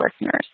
listeners